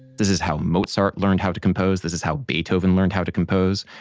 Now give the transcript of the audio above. this is how mozart learned how to compose. this is how beethoven learned how to compose.